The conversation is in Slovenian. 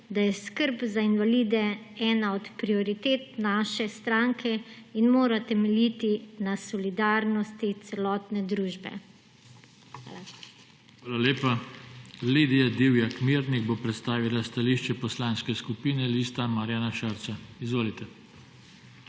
da je skrb za invalide ena od prioritet naše stranke in mora temeljiti na solidarnosti celotne družbe. Hvala. PODPREDSEDNIK JOŽE TANKO: Hvala lepa. Lidija Divjak Mirnik bo predstavila stališče Poslanske skupine Liste Marjana Šarca. Izvolite.